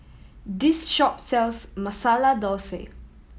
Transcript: this shop sells Masala Thosai